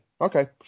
Okay